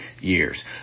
years